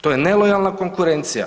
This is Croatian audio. To je nelojalna konkurencija.